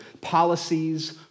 policies